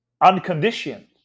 unconditioned